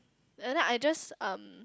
and then I just um